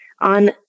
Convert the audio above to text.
on